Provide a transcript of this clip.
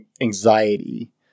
anxiety